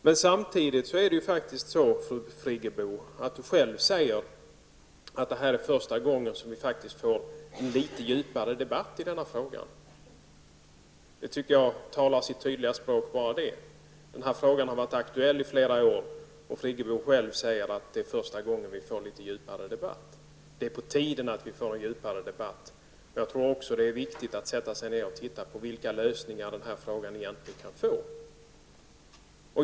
Men samtidigt påpekar ju faktiskt fru Friggebo att detta är första gången vi får en litet djupare debatt i denna fråga. Jag tycker att bara detta talar sitt tydliga språk. Frågan har varit aktuell i flera år, och Friggebo själv säger att det nu är den första gången vi får en litet djupare debatt. Det är på tiden att vi får en djupare debatt. Jag tror också att det är viktigt att sätta sig ner och titta på vilka lösningar den här frågan egentligen kan få.